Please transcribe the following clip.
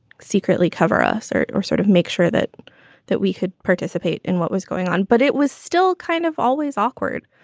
secretly cover us or or sort of make sure that that we could participate in what was going on. but it was still kind of always awkward.